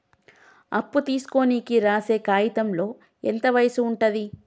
అప్పు తీసుకోనికి రాసే కాయితంలో ఎంత వయసు ఉంటది?